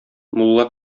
мулла